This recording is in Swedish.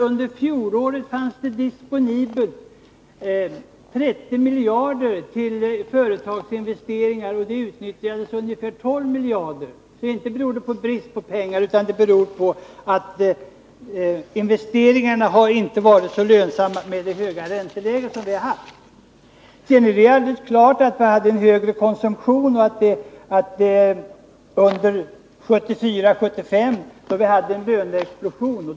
Under fjolåret fanns 30 miljarder disponibla för företagsinvesteringar. Man utnyttjade ungefär 12 miljarder. Det beror alltså inte på brist på pengar, utan det beror på att investeringar inte varit lönsamma med det höga ränteläge vi haft. Sedan är det klart att vi hade högre konsumtion under 1974 och 1975, då vi hade en löneexplosion.